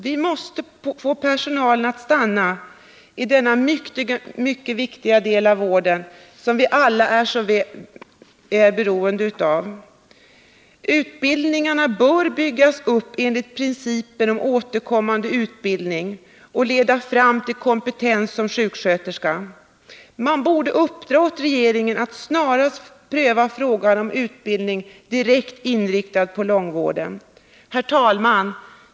Vi måste få personalen att stanna inom denna mycket viktiga del av vården, som vi alla är mer eller mindre beroende av. Utbildningen bör byggas upp enligt principen om återkommande utbildning och leda fram till kompetens såsom sjuksköterska. Man borde uppdra åt regeringen att snarast' pröva frågan om utbildning direkt inriktad på långtidssjukvården. Herr talman!